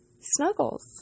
snuggles